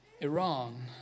Iran